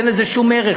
אין לזה שום ערך,